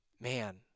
man